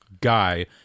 guy